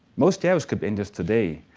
most javascript engines today,